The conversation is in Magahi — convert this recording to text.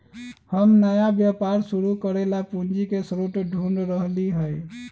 हम नया व्यापार शुरू करे ला पूंजी के स्रोत ढूढ़ रहली है